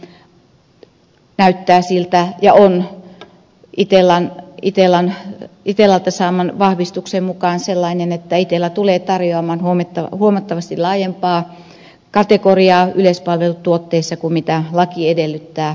tällä hetkellä näyttää siltä ja on itellalta saamani vahvistuksen mukaan niin että itella tulee tarjoamaan huomattavasti laajempaa kategoriaa yleispalvelutuotteissa kuin laki edellyttää